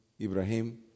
Ibrahim